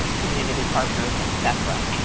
community partners, et cetera,